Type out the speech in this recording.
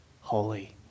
holy